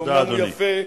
שאומנם הוא יפה,